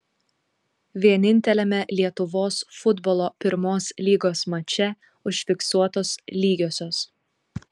vieninteliame lietuvos futbolo pirmos lygos mače užfiksuotos lygiosios